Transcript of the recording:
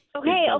okay